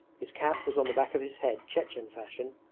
his cap was on the back of his head chechen fashion,